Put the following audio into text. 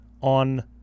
on